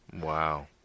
wow